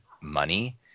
money